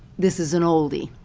this is an oldie.